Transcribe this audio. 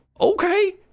okay